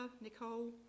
Nicole